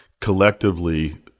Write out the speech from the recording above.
collectively